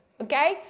okay